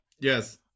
Yes